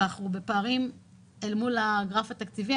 אבל אנחנו בפערים אל מול הגרף התקציבי.